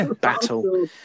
battle